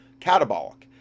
catabolic